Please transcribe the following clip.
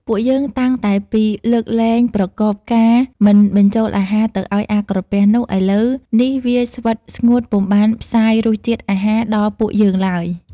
ពួកយើងតាំងតែពី លើកលែងប្រកបការ មិនបញ្ចូលអាហារទៅឲ្យអាក្រពះនោះ ឥឡូវនេះវាស្វិត ស្ងួតពុំបានផ្សាយរសជាតិអាហារដល់ពួកយើងឡើយ។